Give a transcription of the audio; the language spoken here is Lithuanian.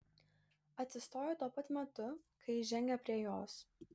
atsistojo tuo pat metu kai jis žengė prie jos